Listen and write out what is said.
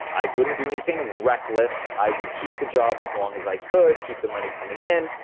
i wouldn't do anything reckless. i would keep the job as long as i could, keep the money coming in,